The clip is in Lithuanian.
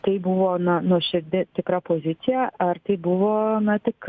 tai buvo na nuoširdi tikra pozicija ar tai buvo tik